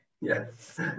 Yes